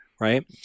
Right